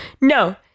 No